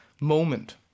moment